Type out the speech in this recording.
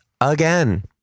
again